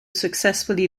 successfully